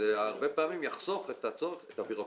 הרבה פעמים זה יחסוך את הביורוקרטיה,